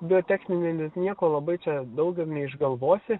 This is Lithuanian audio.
biotechninė net nieko labai čia daug ir neišgalvosi